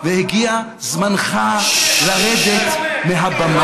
והגיע זמנך לרדת מהבמה.